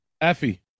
Effie